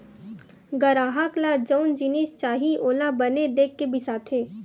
गराहक ल जउन जिनिस चाही ओला बने देख के बिसाथे